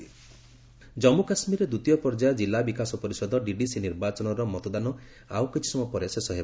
JK election Jammu କାଶ୍ମୀରରେ ଦ୍ୱିତୀୟ ପର୍ଯ୍ୟାୟ ଜିଲ୍ଲା ବିକାଶ ପରିଷଦ ଡିଡିସି ନିର୍ବାଚନର ମତଦାନ ଆଉ କିଛି ସମୟ ପରେ ଶେଷ ହେବ